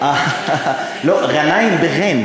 לא, גנאים בע'ין.